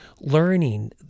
learning